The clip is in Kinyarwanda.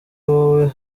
wowe